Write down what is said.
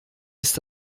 ist